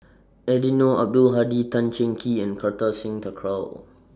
Eddino Abdul Hadi Tan Cheng Kee and Kartar Singh Thakral